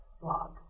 blog